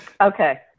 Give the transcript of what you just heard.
Okay